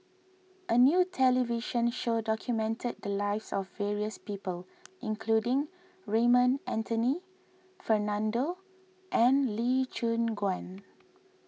a new television show documented the lives of various people including Raymond Anthony Fernando and Lee Choon Guan